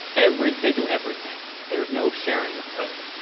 every they do everything. there is no sharing of code.